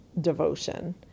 devotion